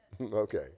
Okay